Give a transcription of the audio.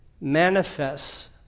manifests